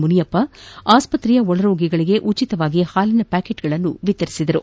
ಮುನಿಯಪ್ಪ ಆಸ್ಪತ್ರೆಯ ಒಳರೋಗಿಗಳಿಗೆ ಉಚಿತವಾಗಿ ಹಾಲಿನ ಪ್ಟಾಕೆಟ್ಗಳನ್ನು ವಿತರಿಸಿದರು